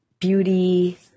beauty